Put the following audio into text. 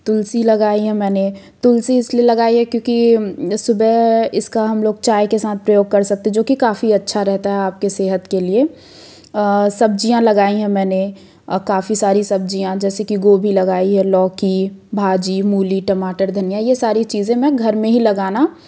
तुलसी लगाई है मैंने तुलसी इसलिए लगाई है क्योंकि सुबह इसका हम लोग चाय के साथ प्रयोग कर सकते है जोकि काफ़ी अच्छा रहता है आपके सेहत के लिए सब्जियाँ लगाई है मैंने काफ़ी सारी सब्जियाँ जैसे कि गोभी लगाई है लौकी भाजी मूली टमाटर धनियाँ ये सारी चीज़ें मैं घर में लगाना